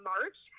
March